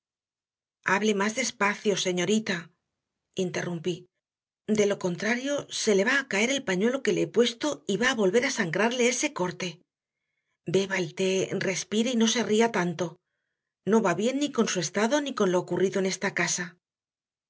hable más despacio señorita interrumpí de lo contrario se le va a caer el pañuelo que le he puesto y va a volver a sangrarle ese corte beba el té respire y no se ría tanto no va bien ni con su estado ni con lo ocurrido en esta casa